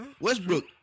Westbrook